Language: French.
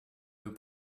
nous